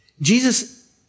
Jesus